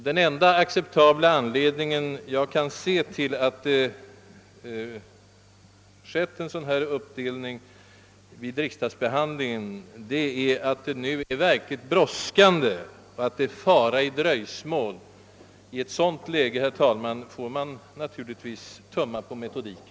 Den enda acceptabla anledning som jag kan se till att en sådan uppdelning av riksdagsbehandlingen skett är att det nu är verkligt brådskande och att det ligger en fara i ett dröjsmål. I ett sådant läge, herr talman, får man naturligtvis tumma på metodiken.